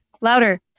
louder